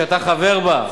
שאתה חבר בה,